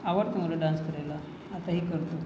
आवडते मला डान्स करायला आताही करतो